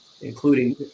including